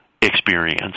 experience